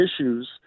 issues